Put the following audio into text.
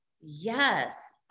Yes